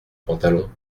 pantalon